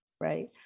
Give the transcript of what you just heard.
right